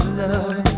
love